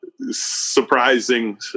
surprising